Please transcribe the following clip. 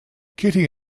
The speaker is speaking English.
kitty